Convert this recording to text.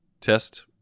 test